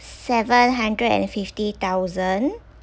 seven hundred and fifty thousand